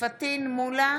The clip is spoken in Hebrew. פטין מולא,